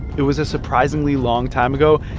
it was a surprisingly long time ago,